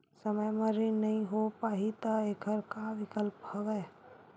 समय म ऋण नइ हो पाहि त एखर का विकल्प हवय?